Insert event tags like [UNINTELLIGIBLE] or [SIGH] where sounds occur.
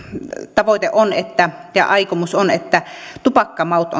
tavoite ja aikomus on että tupakkamaut [UNINTELLIGIBLE]